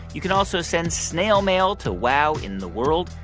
you can also send snail mail to wow in the world,